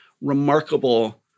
remarkable